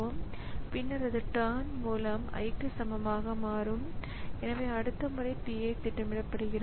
இப்போது இதற்கு மற்ற தீர்வு என்னவென்றால் பயனாளர் சில விசையை அழுத்தும்போது அது அழுத்தப்பட்டுள்ளதா என்று ஸிபியுவிற்கு தெரிவிக்கப்படுகிறது